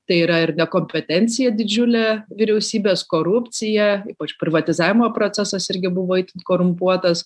tai yra ir nekompetencija didžiulė vyriausybės korupcija ypač privatizavimo procesas irgi buvo itin korumpuotas